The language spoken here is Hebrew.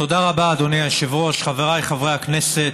תודה רבה, אדוני היושב-ראש, חבריי חברי הכנסת,